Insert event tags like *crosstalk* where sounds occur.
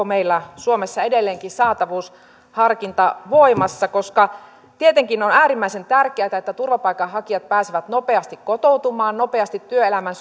*unintelligible* meillä suomessa edelleenkin saatavuusharkinta voimassa koska tietenkin on äärimmäisen tärkeätä että turvapaikanhakijat pääsevät nopeasti kotoutumaan nopeasti työelämän *unintelligible*